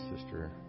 Sister